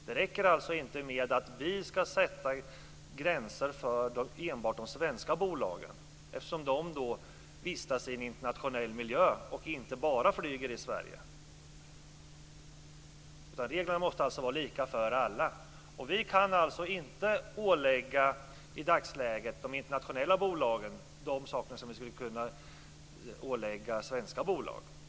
Det räcker alltså inte med att vi sätter gränser för enbart de svenska bolagen, eftersom de vistas i en internationell miljö och inte bara flyger i Sverige. Reglerna måste alltså vara lika för alla. Vi kan inte i dagsläget ålägga de internationella bolagen de saker som vi skulle kunna ålägga svenska bolag.